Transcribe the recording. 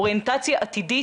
אוריינטציה עתידית,